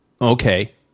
Okay